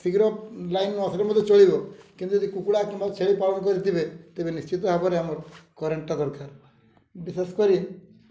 ଶୀଘ୍ର ଲାଇନ୍ ନ ଆସିଲେ ମଧ୍ୟ ଚଳିବ କିନ୍ତୁ ଯଦି କୁକୁଡ଼ା କିମ୍ବା ଛେଳି ପାଳନ କରିଥିବେ ତେବେ ନିଶ୍ଚିତ ଭାବରେ ଆମର କରେଣ୍ଟଟା ଦରକାର ବିଶେଷ କରି